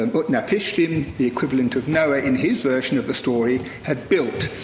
and but utnapishtim, the equivalent of noah in his version of the story, had built.